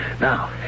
Now